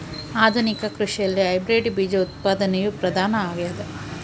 ಆಧುನಿಕ ಕೃಷಿಯಲ್ಲಿ ಹೈಬ್ರಿಡ್ ಬೇಜ ಉತ್ಪಾದನೆಯು ಪ್ರಧಾನ ಆಗ್ಯದ